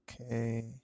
okay